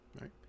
right